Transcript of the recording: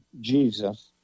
Jesus